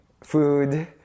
food